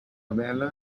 bela